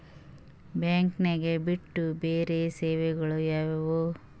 Banking ಬಿಟ್ಟು ಬೇರೆ ಸೇವೆಗಳು ಯಾವುವು?